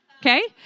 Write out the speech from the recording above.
okay